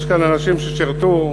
יש כאן אנשים ששירתו,